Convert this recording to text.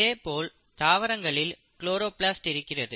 இதேபோல் தாவரங்களில் குளோரோபிளாஸ்ட் இருக்கிறது